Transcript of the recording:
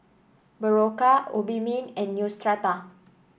Berocca Obimin and Neostrata